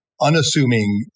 unassuming